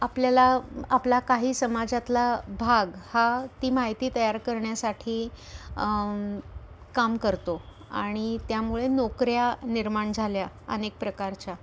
आपल्याला आपला काही समाजातला भाग हा ती माहिती तयार करण्यासाठी काम करतो आणि त्यामुळे नोकऱ्या निर्माण झाल्या अनेक प्रकारच्या